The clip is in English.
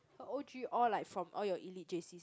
her O_G all like from all your elite J_Cs